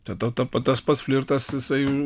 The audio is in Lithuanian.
tada ta tas pats flirtas jisai